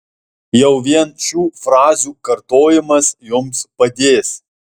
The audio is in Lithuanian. jau vien šių frazių kartojimas jums padės